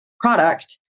product